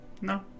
No